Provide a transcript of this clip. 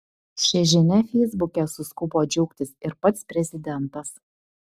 šia žinia feisbuke suskubo džiaugtis ir pats prezidentas